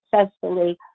successfully